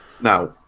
Now